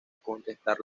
contestar